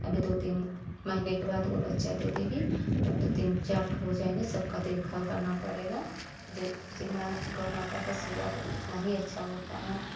अभी दो तीन महीने के बाद वो बच्चा दे देगी तब तो तीन चार ठो हो जाएँगे सबका देखभाल करना पड़ेगा दे जितना गौ माता का सेवा करो उतना ही अच्छा होता है